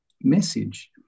message